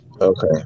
okay